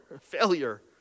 failure